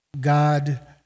God